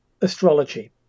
astrology